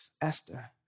Esther